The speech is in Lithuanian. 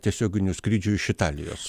tiesioginių skrydžių iš italijos